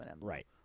right